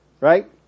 Right